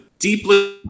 Deeply